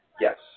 Yes